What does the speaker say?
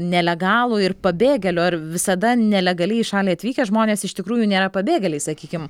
nelegalų ir pabėgėlių ar visada nelegaliai į šalį atvykę žmonės iš tikrųjų nėra pabėgėliai sakykim